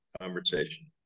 conversation